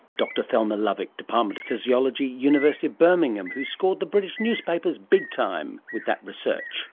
dr thelma lovick, department of physiology, university of birmingham, who scored the british newspapers big time with that research